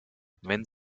wenn